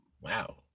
Wow